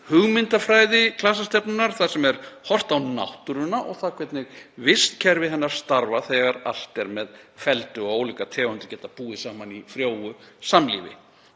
hugmyndafræði klasastefnunnar þar sem horft er á náttúruna og það hvernig vistkerfi hennar starfar þegar allt er með felldu og ólíkar tegundir geta búið saman í frjóu samlífi.